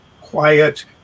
quiet